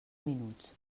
minuts